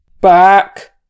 Back